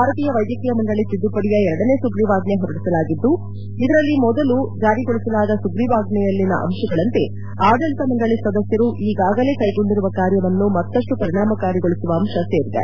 ಭಾರತೀಯ ವೈದ್ಯಕೀಯ ಮಂಡಳಿ ತಿದ್ದುಪಡಿಯ ಎರಡನೇ ಸುಗ್ರೀವಾಜ್ಞೆ ಹೊರಡಿಸಲಾಗಿದ್ದು ಅದರಲ್ಲಿ ಈ ಮೊದಲು ಜಾರಿಗೊಳಿಸಲಾದ ಸುಗ್ರೀವಾಜ್ಞೆಯಲ್ಲಿನ ಅಂಶಗಳಂತೆ ಆಡಳಿತ ಮಂಡಳಿ ಸದಸ್ಯರು ಈಗಾಗಲೇ ಕೈಗೊಂಡಿರುವ ಕಾರ್ಯವನ್ನು ಮತ್ತಷ್ಟು ಪರಿಣಾಮಕಾರಿಗೊಳಿಸುವ ಅಂಶ ಸೇರಿದೆ